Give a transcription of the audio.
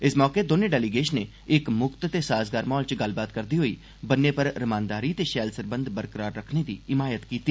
इस मौके दौनें डेलीगेषनें इक मुक्त ते साजगार म्हौल च गल्लबात करदे होई बन्ने पर रमानदारी ते पैल सरबंध बरकार रक्खने दी हिमायत कीती